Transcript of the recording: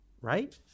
Right